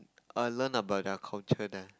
err learn about their culture there